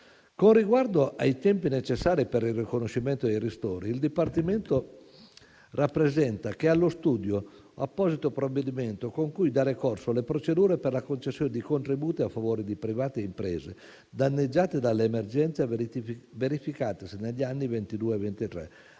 Con riguardo ai tempi necessari per il riconoscimento dei ristori, il Dipartimento rappresenta che è allo studio apposito provvedimento con cui dare corso alle procedure per la concessione di contributi a favore di privati e imprese danneggiate dall'emergenza verificatasi negli anni 2022